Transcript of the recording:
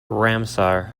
ramsar